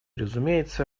разумеется